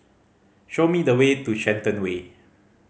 show me the way to Shenton Way